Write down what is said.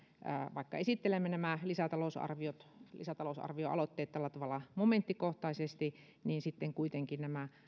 vaikka esittelemme nämä lisätalousarvioaloitteet tällä tavalla momenttikohtaisesti niin kuitenkin nämä